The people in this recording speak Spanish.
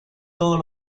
todos